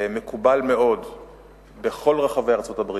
ומקובל מאוד בכל רחבי ארצות-הברית,